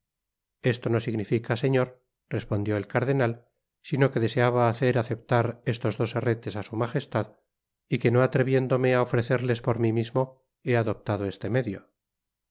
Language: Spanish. esto no significa señor respondió el cardenal sino que deseaba hacer aceptar estos dos herretes á su majestad y que no atreviéndome á ofrecerles por mi mismo he adoptado este medio